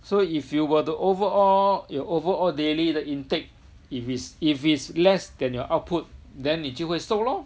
so if you were to overall your overall daily 的 intake if it's if it's less than your output then 你就会瘦咯